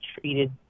treated